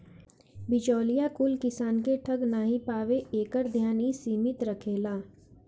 बिचौलिया कुल किसान के ठग नाइ पावे एकर ध्यान इ समिति रखेले